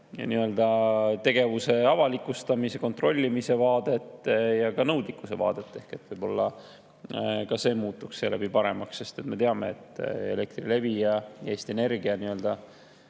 tegevuse avalikustamise ja kontrollimise vaadet ja ka nõudlikkuse vaadet. Võib-olla ka see muutuks seeläbi paremaks. Me teame, et Elektrilevi ja Eesti Energia